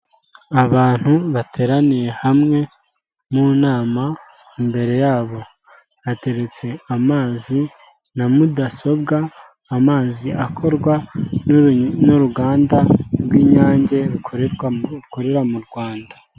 Abantu bateraniye hamwe mu nama, imbere yabo hateretse amazi na mudasobwa, amazi akorwa n'uruganda rw'inyange, rukorera mu Rwanda.